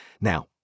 now